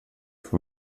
för